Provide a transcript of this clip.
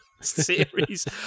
series